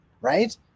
right